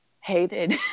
hated